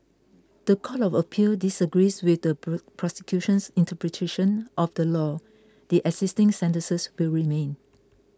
the Court of Appeal disagrees with the prosecution's interpretation of the law the existing sentences will remain